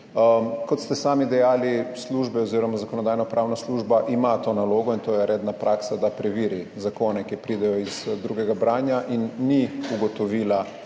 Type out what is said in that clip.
Kot ste sami dejali, službe oziroma Zakonodajno-pravna služba ima to nalogo, in to je redna praksa, da preveri zakone, ki pridejo iz drugega branja, in ni ugotovila